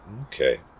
okay